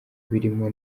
birimo